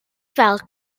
fel